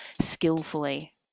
skillfully